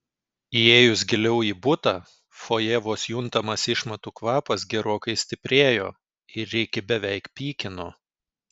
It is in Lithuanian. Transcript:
įėjus giliau į butą fojė vos juntamas išmatų kvapas gerokai stiprėjo ir rikį beveik pykino